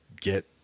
get